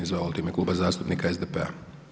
Izvolite, u ime kluba zastupnika SDP-a.